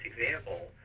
example